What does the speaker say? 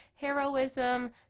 heroism